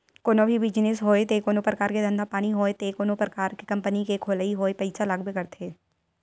कोनो भी बिजनेस होय ते कोनो परकार के धंधा पानी होय ते कोनो परकार के कंपनी के खोलई होय पइसा लागबे करथे